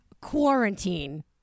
quarantine